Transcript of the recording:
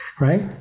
right